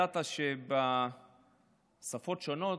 ידעת שבשפות שונות,